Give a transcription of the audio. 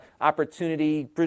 opportunity